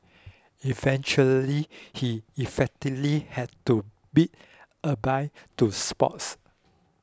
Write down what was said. eventually he effectively had to bid adieu to sports